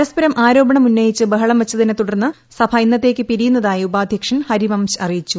പരസ്പരം ആരോപണം ഉന്നയിച്ച് ബഹളം വച്ചതിനെ തുടർന്ന് സഭ ഇന്നത്തേയ്ക്ക് പിരിയുന്നതായി ഉപാധ്യക്ഷൻ ഹരിവംശ് അറിയിച്ചു